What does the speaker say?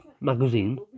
magazine